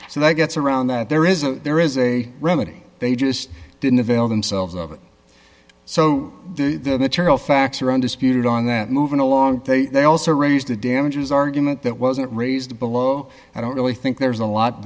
so that gets around that there is a there is a remedy they just didn't avail themselves of it so the material facts are undisputed on that moving along they they also raised the damages argument that wasn't raised below i don't really think there's a lot